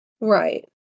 right